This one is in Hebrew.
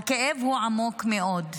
הוא עמוק מאוד.